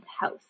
House